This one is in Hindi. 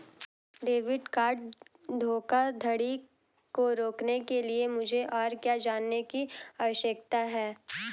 डेबिट कार्ड धोखाधड़ी को रोकने के लिए मुझे और क्या जानने की आवश्यकता है?